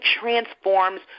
transforms